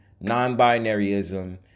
non-binaryism